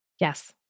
Yes